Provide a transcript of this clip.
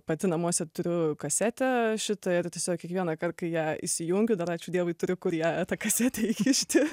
pati namuose turiu kasetę šitą ir tiesiog kiekvienąkart kai ją įsijungiu dar ačiū dievui turiu kur ją tą kasetę įkišti